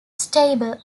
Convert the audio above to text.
stable